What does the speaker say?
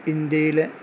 ഇന്ത്യയിലെ